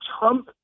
Trump